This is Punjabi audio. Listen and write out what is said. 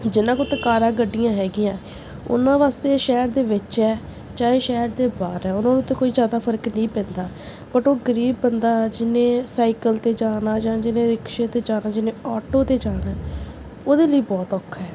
ਜਿਹਨਾਂ ਕੋਲ ਤਾਂ ਕਾਰਾਂ ਗੱਡੀਆਂ ਹੈਗੀਆਂ ਉਹਨਾਂ ਵਾਸਤੇ ਸ਼ਹਿਰ ਦੇ ਵਿੱਚ ਹੈ ਚਾਹੇ ਸ਼ਹਿਰ ਦੇ ਬਾਹਰ ਹੈ ਉਹਨਾਂ ਨੂੰ ਤਾਂ ਕੋਈ ਜ਼ਿਆਦਾ ਫਰਕ ਨਹੀਂ ਪੈਂਦਾ ਬਟ ਉਹ ਗਰੀਬ ਬੰਦਾ ਜਿਹਨੇ ਸਾਈਕਲ 'ਤੇ ਜਾਣਾ ਜਾਂ ਜਿਹਨੇ ਰਿਕਸ਼ੇ 'ਤੇ ਜਾਣਾ ਜਿਹਨੇ ਆਟੋ 'ਤੇ ਜਾਣਾ ਉਹਦੇ ਲਈ ਬਹੁਤ ਔਖਾ ਹੈ